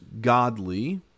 godly